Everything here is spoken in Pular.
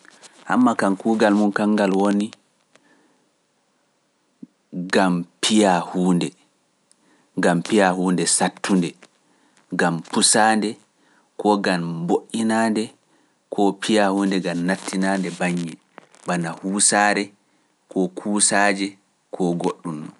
Hammaa kan kuugal mum kangal woni gam piya huunde, gam piya huunde sattunde, gam pusaande, ko gam mboɗɗinaande, ko piya huunde gam nattinaande baññe, bana huusaare, ko kuusaaje, ko goɗɗum.